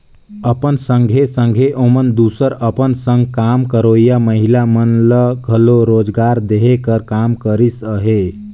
अपन संघे संघे ओमन दूसर अपन संग काम करोइया महिला मन ल घलो रोजगार देहे कर काम करिस अहे